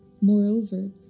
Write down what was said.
Moreover